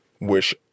wish